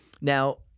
Now